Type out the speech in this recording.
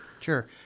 Sure